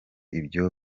ibyo